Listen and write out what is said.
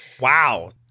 Wow